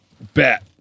Bet